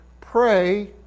pray